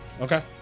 Okay